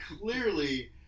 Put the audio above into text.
clearly